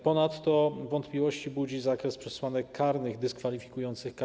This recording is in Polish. Ponadto wątpliwości budzi zakres przesłanek karnych dyskwalifikujących kandydata.